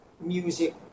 music